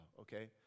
okay